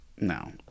No